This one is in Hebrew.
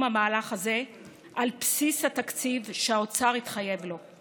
המהלך הזה על בסיס התקציב שהאוצר התחייב לו.